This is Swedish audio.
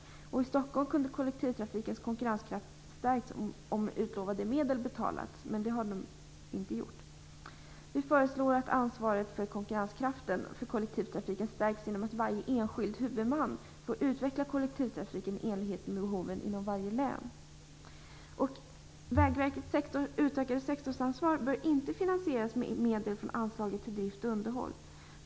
I Stockholm kunde kollektivtrafikens konkurrenskraft ha stärkts om utlovade medel hade utbetalats. Så har inte skett. Vi föreslår att ansvaret för kollektivtrafikens konkurrenskraft stärks genom att varje enskild huvudman får utveckla kollektivtrafiken i enlighet med behoven inom varje län. Vägverkets utökade sektorsansvar bör inte finansieras med medel från anslaget till drift och underhåll.